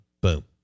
Boom